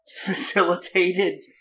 facilitated